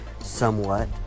somewhat